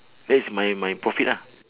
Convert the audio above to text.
that's my my profit lah